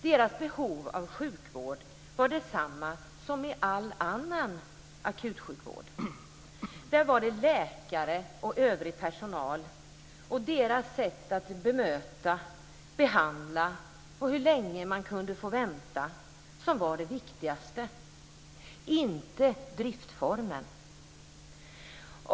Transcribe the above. Deras behov av sjukvård var detsamma som i all annan akutsjukvård. Där var det läkare och övrig personal och deras sätt att bemöta, behandla och hur länge man kunde få vänta som var det viktigaste, inte driftformen.